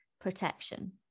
protection